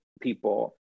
people